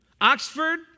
Oxford